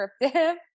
descriptive